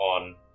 on